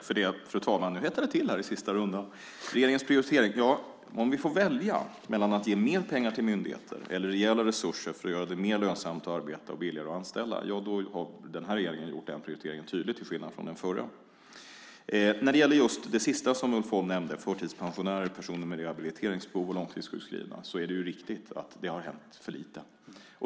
Fru talman! Nu hettar det till i sista rundan! När det gäller regeringens prioritering: I valet mellan att ge mer pengar till myndigheter eller rejäla resurser för att göra det mer lönsamt att arbeta och billigare att anställa har denna regering gjort en tydlig prioritering till skillnad från den förra. När det gäller det sista som Ulf Holm nämnde, nämligen förtidspensionärer, personer med rehabiliteringsbehov och långtidssjukskrivna är det riktigt att det har hänt för lite.